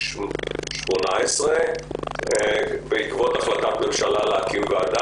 בקיץ 2018 בעקבות החלטת ממשלה להקים ועדה.